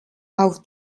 auf